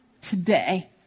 today